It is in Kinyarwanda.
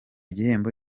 gihembo